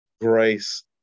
grace